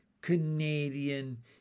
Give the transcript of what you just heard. Canadian